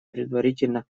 предварительно